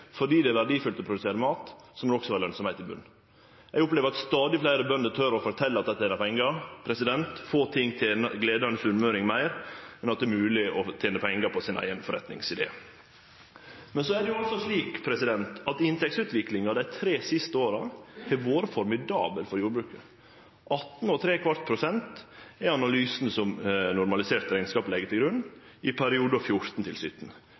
fordi det er verdifullt å produsere mat, må det også vere lønsemd i botnen. Eg opplever at stadig fleire bønder tør å fortelje at dei tener pengar. Få ting gleder ein sunnmøring meir enn at det er mogleg å tene pengar på sin eigen forretningsidé. Men inntektsutviklinga dei tre siste åra har vore formidabel for jordbruket. 18,75 pst. er analysen som normalisert rekneskap legg til